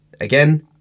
Again